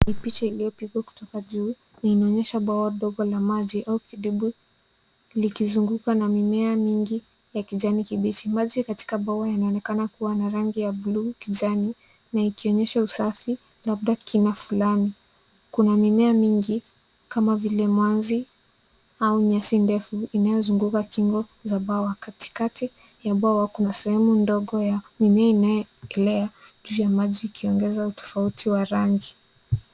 Ni picha iliyopigwa kutoka juu na inaonyesha bwawa dogo la maji au kidibwi kilichozungukwa na mimea mingi ya kijani kibichi. Maji katika bwawa yanaonekana kuwa na rangi ya bluu-kijani na ikionyesha usafi labda kina fulani. Kuna mimea mingi kama vile mwanzi au nyasi ndefu inayozunguka kingo za bwawa. Katikati ya bwawa kuna sehemu ndogo ya mimea inayoelea juu na maji ikiongeza utofauti wa rangi.